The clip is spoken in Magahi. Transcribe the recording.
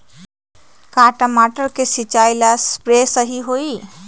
का टमाटर के सिचाई ला सप्रे सही होई?